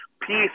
peace